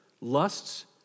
Lusts